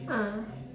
ah